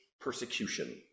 persecution